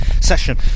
session